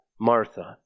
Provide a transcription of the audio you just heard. Martha